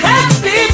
Happy